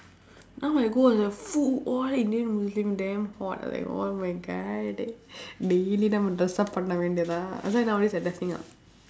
now I go the full all indian muslim damn hot like oh my god நீ இருந்தா நான்:nii irundthaa naan dress up பண்ண வேண்டியது தான்:panna veendiyathu thaan that's why nowadays I dressing up